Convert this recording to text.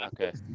okay